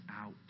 out